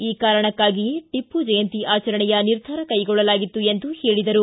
ಈ ಕಾರಣಕ್ಕಾಗಿಯೇ ಟಿಪ್ಪು ಜಯಂತಿ ಆಚರಣೆಯ ನಿರ್ಧಾರ ಕೈಗೊಳ್ಳಲಾಗಿತ್ತು ಎಂದರು